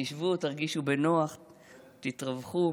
תשבו, תרגישו בנוח, תתרווחו.